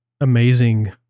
amazing